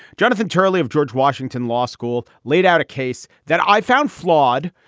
jonathan turley of george washington law school laid out a case that i found flawed,